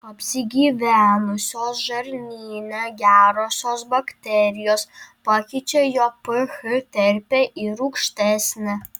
apsigyvenusios žarnyne gerosios bakterijos pakeičia jo ph terpę į rūgštesnę